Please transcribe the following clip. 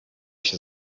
się